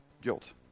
guilt